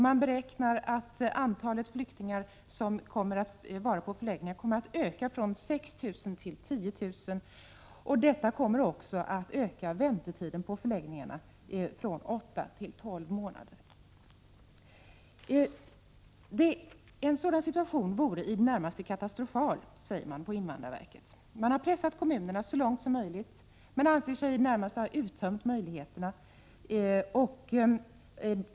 Man beräknar att antalet flyktingar på förläggning kommer att öka från 6 000 till 10 000, och detta kommer också att öka väntetiden på 61 förläggningarna från åtta till tolv månader. En sådan situation vore i det närmaste katastrofal, säger man på invandrarverket. Man har pressat kommunerna så långt som möjligt. Man anser sig i det närmaste ha uttömt sina möjligheter.